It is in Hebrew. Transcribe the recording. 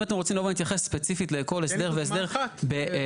אם אתם רוצים לבוא להתייחס ספציפית לכל הסדר והסדר בנפרד,